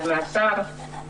מהמאסר,